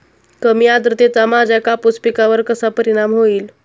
कमी आर्द्रतेचा माझ्या कापूस पिकावर कसा परिणाम होईल?